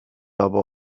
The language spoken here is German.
aber